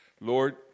Lord